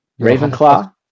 Ravenclaw